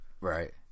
Right